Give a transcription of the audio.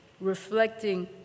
reflecting